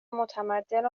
متمدن